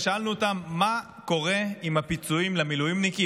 ושאלנו אותם מה קורה עם הפיצויים למילואימניקים,